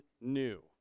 new